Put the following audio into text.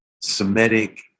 Semitic